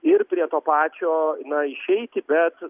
ir prie to pačio na išeiti bet